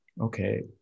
Okay